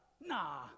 nah